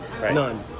None